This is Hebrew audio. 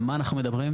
על מה אנחנו מדברים?